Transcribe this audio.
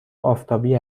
آفتابی